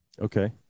Okay